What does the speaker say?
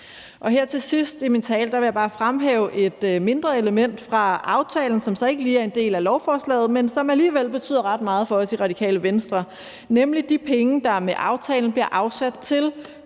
Her til sidst i min tale vil jeg bare fremhæve et mindre element fra aftalen, som så ikke lige er en del af lovforslaget, men som alligevel betyder ret meget for os i Radikale Venstre, nemlig de penge, der med aftalen bliver afsat til